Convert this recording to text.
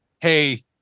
Hey